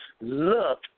look